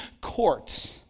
court